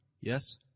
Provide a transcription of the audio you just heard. Yes